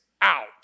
out